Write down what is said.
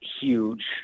huge